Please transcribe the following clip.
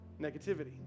negativity